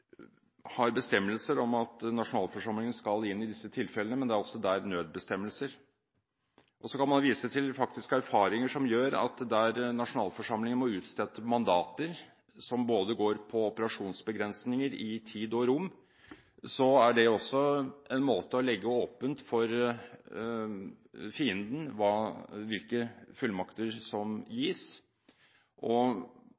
bestemmelser om at nasjonalforsamlingen skal inn i disse tilfellene, men det er altså der nødbestemmelser. Så kan man vise til faktiske erfaringer som gjør at der nasjonalforsamlingen må utstede mandater som går på operasjonsbegrensninger i både tid og rom, er det også en måte å legge åpent for fienden hvilke fullmakter som